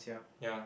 ya